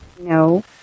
no